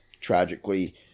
tragically